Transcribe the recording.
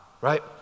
right